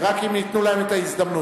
אם רק ייתנו להם את ההזדמנות.